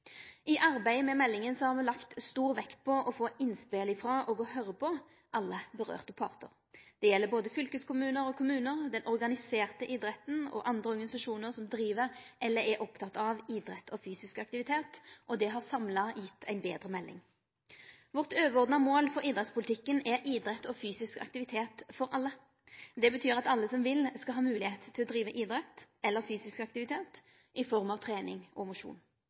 I arbeidet med meldinga har me lagt stor vekt på å få innspel frå og å høyre på alle aktuelle partar. Det gjeld både fylkeskommunar og kommunar, den organiserte idretten og andre organisasjonar som driv eller er opptatt av idrett eller fysisk aktivitet. Det har samla gjeve ei betre melding. Vårt overordna mål for idrettspolitikken er idrett og fysisk aktivitet for alle. Det betyr at alle som vil, skal ha moglegheit til å drive idrett eller fysisk aktivitet i form av trening og mosjon.